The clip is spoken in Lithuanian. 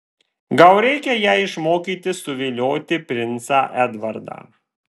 gal reikia ją išmokyti suvilioti princą edvardą